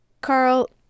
Carl